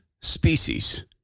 species